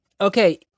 Okay